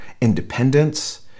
independence